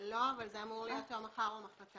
לא, זה אמור להיות מחר או מחרתיים.